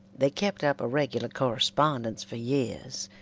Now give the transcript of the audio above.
they kept up a regular correspondence for years,